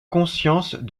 conscience